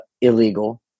illegal